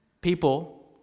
people